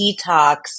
detox